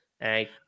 Hey